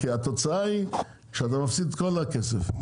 כי התוצאה היא שאתה מפסיד את כל הכסף.